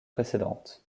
précédentes